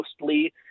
mostly